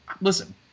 listen